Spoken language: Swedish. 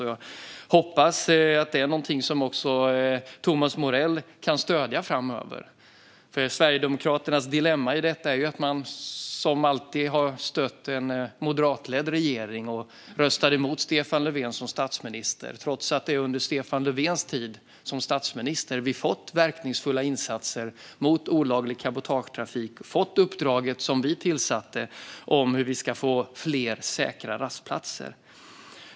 Jag hoppas att detta är någonting som också Thomas Morell kan stödja framöver. Sverigedemokraternas dilemma i detta är ju att man, som alltid, har stött en moderatledd regering och röstade emot Stefan Löfven som statsminister, trots att det är under Stefan Löfvens tid som statsminister vi fått verkningsfulla insatser mot olaglig cabotagetrafik och fått det uppdrag som vi gett om hur vi ska få fler säkra rastplatser.